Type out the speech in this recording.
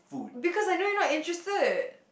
because I know you're not interested